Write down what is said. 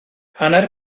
hanner